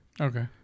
Okay